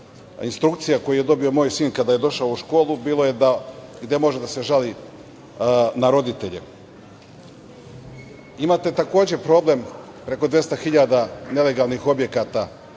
instrukcija koje je dobio moj sin kada je došao u školu bilo je da gde može da se žali na roditelje. Imate takođe problem, preko 200 hiljada nelegalnih objekata.